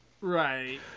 Right